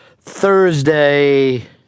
Thursday